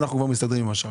אנחנו כבר מסתדרים עם השאר.